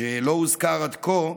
שהוא לא הוזכר עד כה,